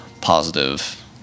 positive